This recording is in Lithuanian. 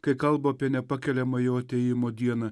kai kalba apie nepakeliamą jo atėjimo dieną